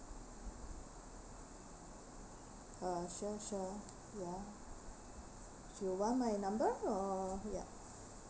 uh sure sure ya you want my number or ya